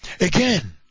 again